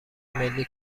ملی